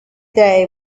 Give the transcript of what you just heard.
day